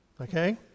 okay